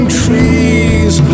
trees